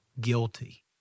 guilty